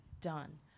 done